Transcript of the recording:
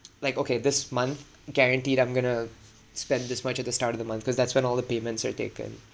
like okay this month guaranteed I'm going to spend this much at the start of the month cause that's when all the payments are taken